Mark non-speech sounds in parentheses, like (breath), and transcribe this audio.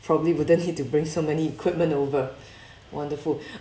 probably wouldn't need to bring so many equipment over (breath) wonderful